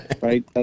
right